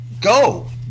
Go